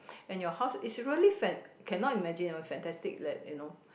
and your house is really fan~ cannot imagine fantastic like you know